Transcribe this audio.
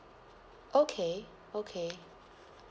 okay okay